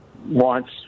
wants